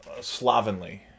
slovenly